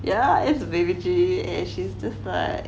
yeah its baby G and she's just like